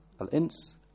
al-ins